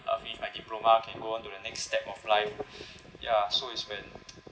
uh with my diploma can go on to the next step of life ya so it's been